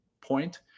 point